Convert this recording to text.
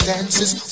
Dances